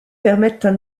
permettent